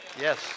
Yes